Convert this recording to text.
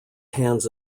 hands